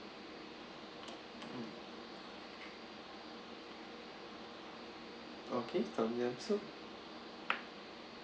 okay tom yum soup